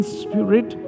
spirit